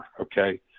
Okay